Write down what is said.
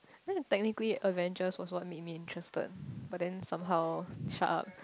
then the technically Avengers was what made me interested but then somehow shut up